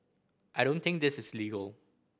I don't think this is legal